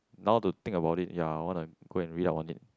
now to think about it ya I wanna go and read up on it